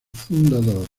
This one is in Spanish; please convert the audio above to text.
fundador